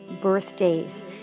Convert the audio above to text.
birthdays